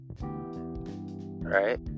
Right